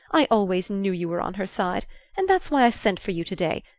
i always knew you were on her side and that's why i sent for you today,